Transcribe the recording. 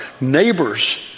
neighbors